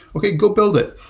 okay, go build it.